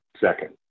second